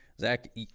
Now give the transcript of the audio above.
Zach